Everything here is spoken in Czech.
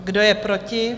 Kdo je proti?